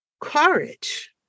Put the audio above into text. Courage